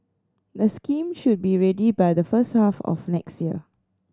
the scheme should be ready by the first half of next year